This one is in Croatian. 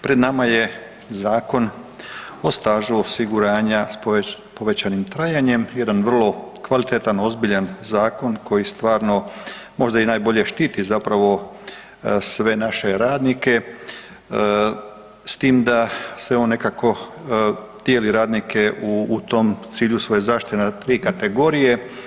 Pred nama je zakon o stažu osiguranja s povećanim trajanjem, jedan vrlo kvalitetan ozbiljan zakon koji stvarno možda i najbolje štiti zapravo sve naše radnike, s tim da se on nekako dijeli radnike u tom cilju svoje zaštite u tri kategorije.